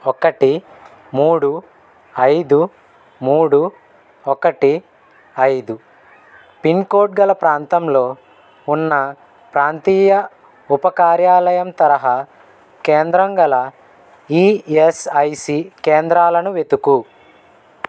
ఒకటి మూడు ఐదు మూడు ఒకటి ఐదు పిన్కోడ్గల ప్రాంతంలో ఉన్న ప్రాంతీయ ఉపకార్యాలయం తరహా కేంద్రం గల ఈయస్ఐసి కేంద్రాలను వెతుకు